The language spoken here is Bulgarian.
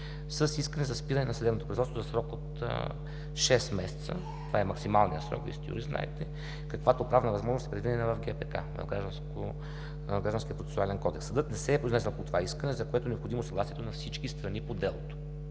с искане за спиране на съдебното производство за срок от шест месеца, това е максималният срок, Вие сте юрист и знаете, каквато правна възможност е предвидена в Гражданския процесуален кодекс. Съдът не се е произнесъл по това искане, за което е необходимо съгласието на всички страни по делото.